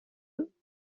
eux